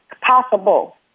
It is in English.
possible